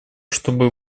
чтобы